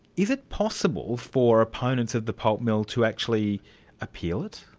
is it possible for opponents of the pulp mill to actually appeal it?